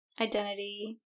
Identity